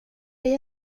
dig